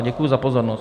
Děkuji za pozornost.